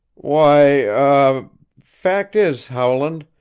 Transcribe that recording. why er fact is, howland,